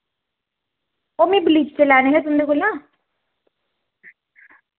ओह् मी गलीचे लैने हे तुं'दे कोला